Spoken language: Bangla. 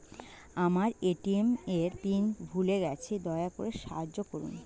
আমার এ.টি.এম এর পিন ভুলে গেছি, দয়া করে সাহায্য করুন